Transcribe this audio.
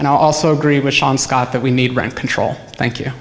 and i also agree with scott that we need rent control thank you